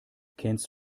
kennst